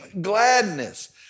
gladness